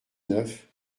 neuf